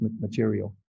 material